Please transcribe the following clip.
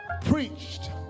Preached